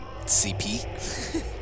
CP